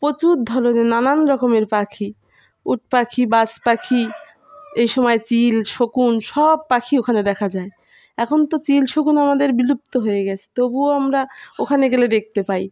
প্রচুর ধরনের নানান রকমের পাখি উট পাখি বাজ পাখি এই সময় চিল শকুন সব পাখি ওখানে দেখা যায় এখন তো চিল শকুন আমাদের বিলুপ্ত হয়ে গেছে তবুও আমরা ওখানে গেলে দেখতে পাই